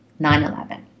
9-11